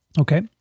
Okay